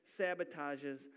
sabotages